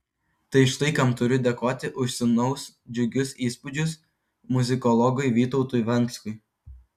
tai štai kam turiu dėkoti už sūnaus džiugius įspūdžius muzikologui vytautui venckui